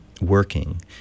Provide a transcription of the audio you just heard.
working